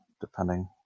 depending